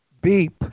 Beep